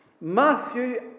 Matthew